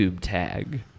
tag